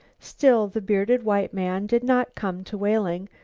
still the bearded white man did not come to whaling,